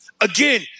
again